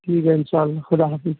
ٹھیک ہے ان شاء اللہ خدا حافظ